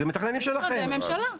במשרדי הממשלה.